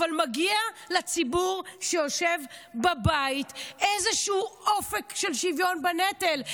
אבל מגיע לציבור שיושב בבית איזשהו אופק של שוויון בנטל,